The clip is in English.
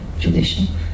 tradition